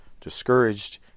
discouraged